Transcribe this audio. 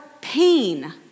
pain